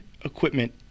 equipment